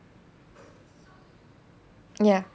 ya